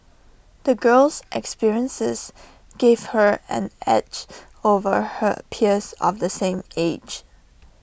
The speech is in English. the girl's experiences gave her an edge over her peers of the same age